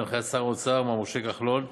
בהנחיית שר האוצר מר משה כחלון,